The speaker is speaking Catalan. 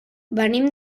venim